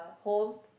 home